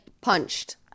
punched